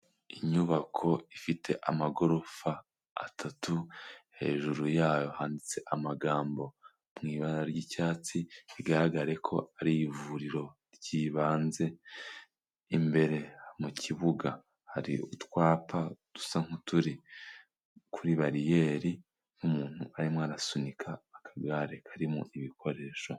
Inyubako ifite amagorofa atatu; hejuru yayo handitse amagambo mu ibara ry'icyatsi; bigaragare ko ari ivuriro ry'ibanze; imbere mu kibuga hari utwapa dusa nk'uturi kuri bariyeri; n'umuntu arimo arasunika akagare karimo ibikoresho.